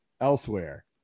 elsewhere